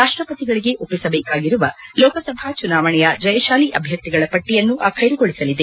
ರಾಷ್ಟಪತಿಗಳಿಗೆ ಒಪ್ಪಿಸಬೇಕಾಗಿರುವ ಲೋಕಸಭಾ ಚುನಾವಣೆಯ ಜಯಶಾಲಿ ಅಭ್ಯರ್ಥಿಗಳ ಪಟ್ಟಿಯನ್ನು ಆಖ್ಯೆರುಗೊಳಿಸಲಿದೆ